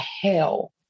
hell